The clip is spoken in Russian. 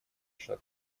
шаг